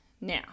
now